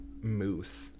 moose